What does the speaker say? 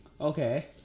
Okay